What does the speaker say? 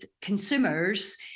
consumers